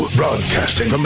broadcasting